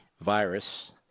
virus